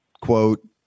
quote